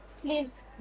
please